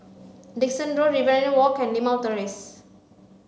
Dickson Road Riverina Walk and Limau Terrace